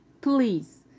please